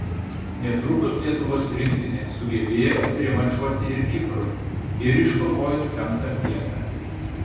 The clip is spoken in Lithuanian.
netrukus lietuvos rinktinė sugebėjo atsirevanšuoti ir kiprui ir iškovojo penktą vietą